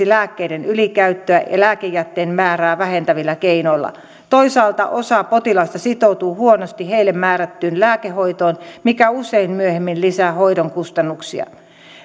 lääkkeiden ylikäyttöä ja lääkejätteen määrää vähentävillä keinoilla toisaalta osa potilaista sitoutuu huonosti heille määrättyyn lääkehoitoon mikä usein myöhemmin lisää hoidon kustannuksia